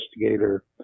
investigator